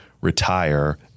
retire